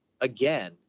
again